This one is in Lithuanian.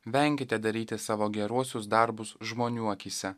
venkite daryti savo geruosius darbus žmonių akyse